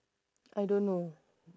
I don't know